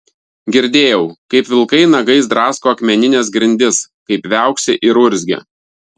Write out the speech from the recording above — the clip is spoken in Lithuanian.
girdėjau kaip vilkai nagais drasko akmenines grindis kaip viauksi ir urzgia